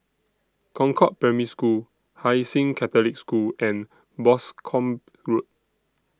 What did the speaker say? Concord Primary School Hai Sing Catholic School and Boscombe Road